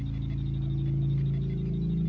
use